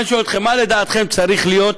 ואני שואל אתכם: מה לדעתכם צריך להיות